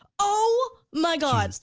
oh my god!